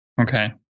Okay